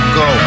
go